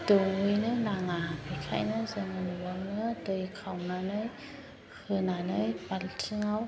दौहैनो नाङा बेनिखायनो जोङो न'आवनो दै खावनानै होनानै बाल्थिंआव